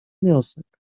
wniosek